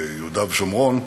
ביהודה ושומרון,